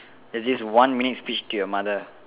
there's this one minute speech to your mother